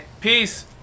Peace